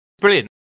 Brilliant